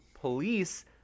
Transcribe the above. police